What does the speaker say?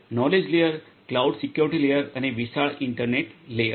knowledge layer cloud security layer અને વિશાળ internet layer